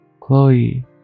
Chloe